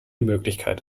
möglichkeit